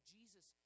Jesus